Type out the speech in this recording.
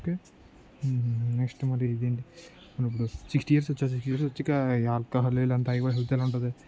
okay next మరి ఇదేంటి మన ఇప్పుడు సిక్స్టీ ఇయర్స్ వచ్చాక సిక్స్ ఇయర్స్ వచ్చిక ఈ ఆల్కాహాల్ ఇవి అంతా అవి హెల్త్ ఏలా ఉంటుంది